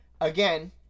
again